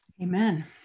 Amen